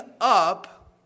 up